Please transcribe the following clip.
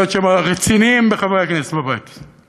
שהם מהרציניים בחברי הכנסת בבית הזה.